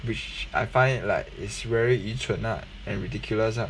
which I find like is very 愚蠢 ah and ridiculous lah